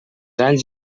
alls